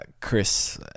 Chris